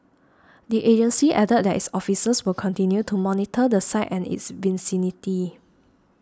the agency added that its officers will continue to monitor the site and its vicinity